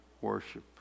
worship